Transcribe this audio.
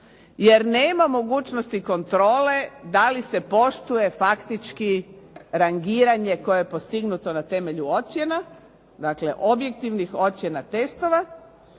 jer nema mogućnosti kontrole da li se poštuje faktički rangiranje koje je postignut na temelju ocjena, dakle objektivnih ocjena testova,